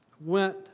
went